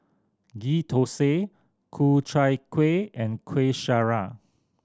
Ghee Thosai Ku Chai Kueh and Kueh Syara